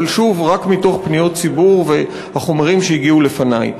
אבל שוב רק מתוך פניות ציבור והחומרים שהגיעו לפני.